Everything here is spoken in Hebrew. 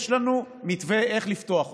יש לנו מתווה איך לפתוח אותה.